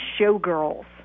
Showgirls